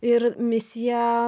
ir misija